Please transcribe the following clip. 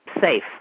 safe